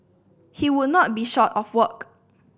he would not be short of work